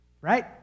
right